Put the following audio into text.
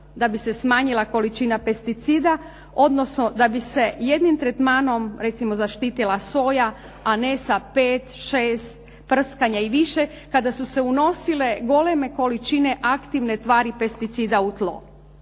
da bi se smanjila količina pesticida, odnosno da bi se jednim tretmanom recimo zaštitila soja a ne sa pet, šest prskanja i više, kada su se unosile goleme količine aktivne tvari pesticida u tlo.